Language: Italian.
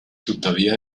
tuttavia